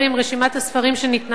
רשימת הספרים שניתנה לו,